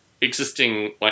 existing